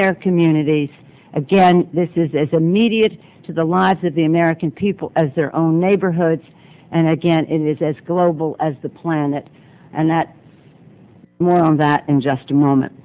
their communities again this is as immediate to the lives of the american people as their own neighborhoods and again is as global as the planet and that more on that in just a moment